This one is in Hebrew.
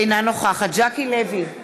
אינה נוכחת ז'קי לוי,